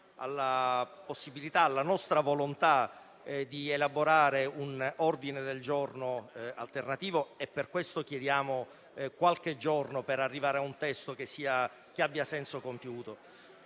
alla nostra volontà di elaborare un ordine del giorno alternativo. Pertanto, chiediamo qualche giorno per arrivare a un testo che abbia senso compiuto.